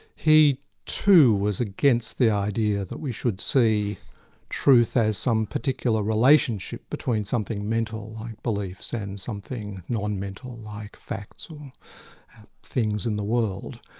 he too, was against the idea that we should see truth as some particular relationship between something mental like beliefs, and something non-mental like facts or things in the world.